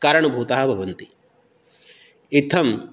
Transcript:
कारणभूताः भवन्ति इत्थं